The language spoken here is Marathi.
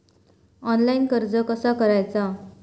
ऑनलाइन कर्ज कसा करायचा?